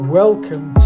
welcome